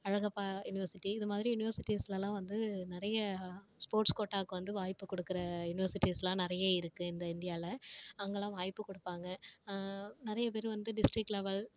Alagappa university இது மாதிரி யுனிவர்சிட்டீஸ்லலாம் வந்து நிறைய ஸ்போர்ட்ஸ் கோட்டாக்கு வந்து வாய்ப்பு கொடுக்கற யுனிவர்சிட்டீஸ்லாம் நிறைய இருக்குது இந்த இந்தியாவில் அங்கேலாம் வாய்ப்புக் கொடுப்பாங்க நிறைய பேர் வந்து டிஸ்ட்ரிக்ட் லெவல்